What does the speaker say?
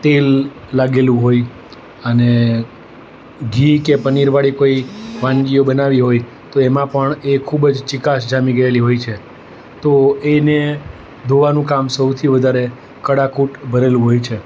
તેલ લાગેલું હોય અને ઘી કે પનીરવાળી કોઈ વાનગીઓ બનાવી હોય તો એમાં પણ એ ખૂબ જ ચિકાશ જામી ગયેલી હોય છે તો એને ધોવાનું કામ સૌથી વધારે કડાકૂટ ભરેલું હોય છે